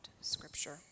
Scripture